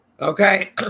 Okay